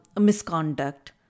misconduct